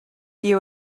the